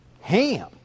ham